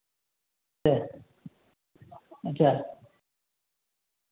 अच्छा अच्छा